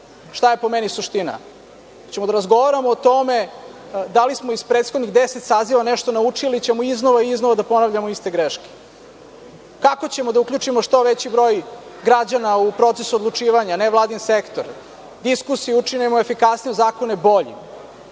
Šta je po meni suština? Hoćemo li da razgovaramo o tome da li smo iz prethodnih 10 saziva nešto naučili ili ćemo iznova i iznova da ponavljamo iste greške? Kako ćemo da uključimo što veći broj građana u proces odlučivanja, u nevladin sektor i diskusiju učinimo efikasnijom, zakone boljim